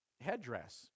headdress